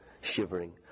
shivering